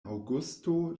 aŭgusto